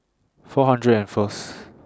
four hundred and First